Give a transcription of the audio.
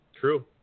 True